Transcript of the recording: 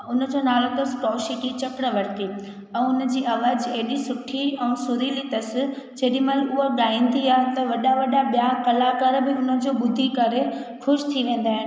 उनजो नालो अथसि कोशकी चक्रवर्ती ऐं उनजी आवाज एॾी सुठी ऐं सुरीली अथसि जेॾीमहिल उहा गाईंदी आहे त वॾा वॾा ॿिया कलाकार बि उनजो ॿुधी करे ख़ुशि थी वेंदा आहिनि